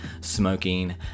smoking